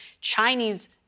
Chinese